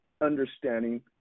understanding